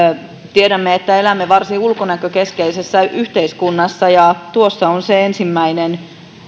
tiedämme että elämme varsin ulkonäkökeskeisessä yhteiskunnassa ja tuossa on se ensimmäinen